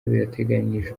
biteganyijwe